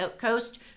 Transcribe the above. Coast